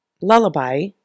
lullaby